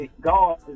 God